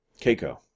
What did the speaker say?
Keiko